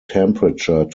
temperature